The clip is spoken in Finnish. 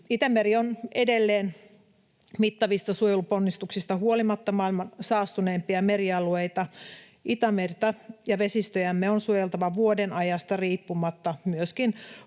Itämeri on edelleen mittavista suojeluponnistuksista huolimatta maailman saastuneimpia merialueita. Itämerta ja vesistöjämme on suojeltava vuodenajasta riippumatta, myöskin